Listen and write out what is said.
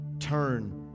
turn